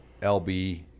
LB